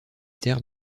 terres